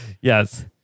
Yes